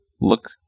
look